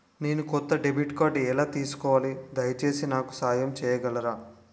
నేను కొత్త డెబిట్ కార్డ్ని ఎలా తీసుకోవాలి, దయచేసి నాకు సహాయం చేయగలరా?